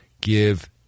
give